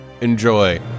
enjoy